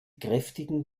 kräftigen